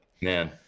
Man